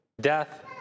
Death